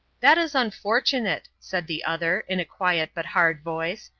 that is unfortunate, said the other, in a quiet but hard voice,